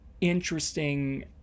interesting